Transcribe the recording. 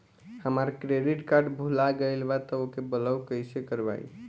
हमार credit card भुला गएल बा त ओके ब्लॉक कइसे करवाई?